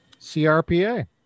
CRPA